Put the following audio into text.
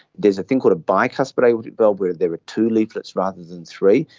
there's a thing called a bicuspid aortic valve where there are two leaflets rather than three,